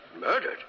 Murdered